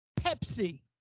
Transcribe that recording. Pepsi